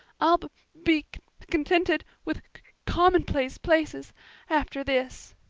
i'll b-b-be contt-tented with c-c-commonplace places after this.